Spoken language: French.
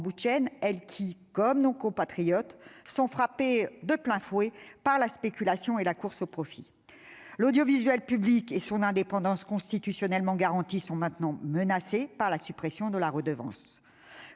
elles qui, comme nos compatriotes, sont frappées de plein fouet par la spéculation et la course au profit. L'audiovisuel public et son indépendance constitutionnellement garantie sont maintenant menacés par la suppression de la redevance.